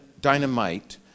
dynamite